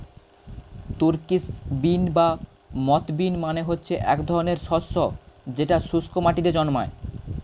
Turkish bean বা moth bean মানে হচ্ছে এক ধরনের শস্য যেটা শুস্ক মাটিতে জন্মায়